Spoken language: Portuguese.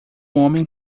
homem